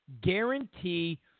Guarantee